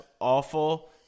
awful